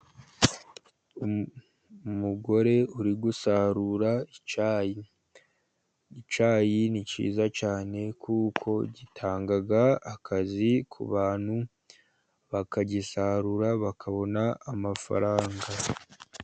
Umugore uri gusarura icyayi, ni cyiza cyane kuko gitanga akazi ku bantu, bakagisarura bakabona amafaranga.